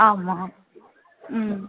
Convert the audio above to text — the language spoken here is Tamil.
ஆமாம் ம்